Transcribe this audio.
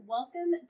Welcome